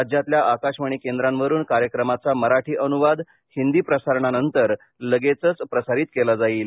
राज्यातल्या आकाशवाणी केंद्रांवरून कार्यक्रमाचा मराठी अनुवाद हिंदी प्रसारणानंतर लगेचच प्रसारित केला जाईल